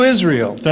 Israel